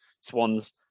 swans